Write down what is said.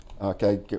okay